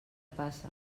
passa